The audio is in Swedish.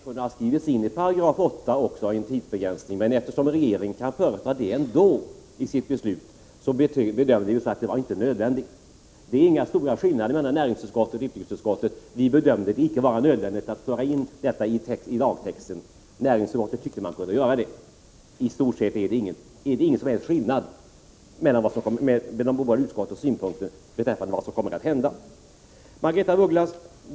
Herr talman! Det är klart att en tidsbegränsning kunde ha skrivits in i 8 §, men eftersom regeringen ändå kan företa en sådan begränsning i sitt beslut var det inte nödvändigt. Det är inga stora skillnader i uppfattning mellan näringsutskottet och utrikesutskottet. Utrikesutskottet bedömde det icke vara nödvändigt att föra in en tidsbegränsning i lagtexten — näringsutskottet tyckte att man kunde göra det. I stort sett är det ingen som helst skillnad mellan de båda utskottens synpunkter beträffande vad som kommer att hända. Margaretha af Ugglas!